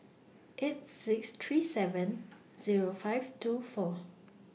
eight six three seven Zero five two four